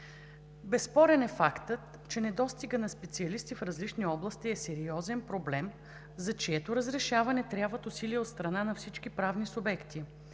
Безспорен е фактът, че недостигът на специалисти в различни области е сериозен проблем, за чието разрешаване трябват усилия от страна на всички правни субекти.